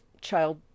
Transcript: child